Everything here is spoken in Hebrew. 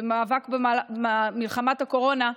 במלחמת הקורונה,